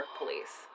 police